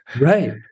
right